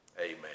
amen